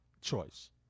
choice